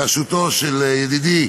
בראשותו של ידידי